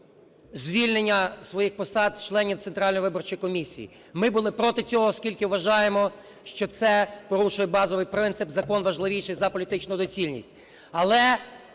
звільнення зі своїх посад членів Центральної виборчої комісії. Ми були проти цього, оскільки вважаємо, що це порушує базовий принцип: закон важливіший за політичну доцільність.